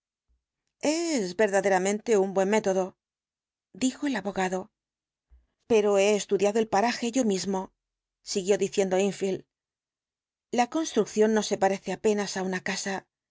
es verdaderamente un buen método dijo el abogado pero he estudiado el paraje yo mismo siguió diciendo enfield la construcción no se parece apenas á una casa